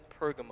Pergamum